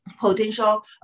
potential